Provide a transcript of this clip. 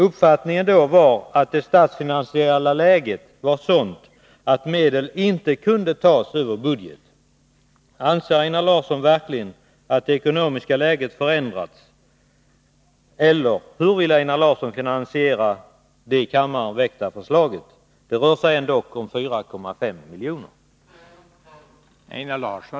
Uppfattningen då var att det statsfinansiella läget var sådant att medlen inte kunde tas över budgeten. Anser Einar Larsson verkligen att det ekonomiska läget har förändrats? Eller hur vill Einar Larsson finansiera det i kammaren ställda förslaget? Det rör sig ändå om 4,5 milj.kr.